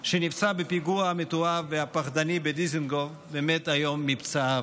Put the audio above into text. שנפצע בפיגוע המתועב והפחדני בדיזנגוף ומת היום מפצעיו.